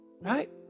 Right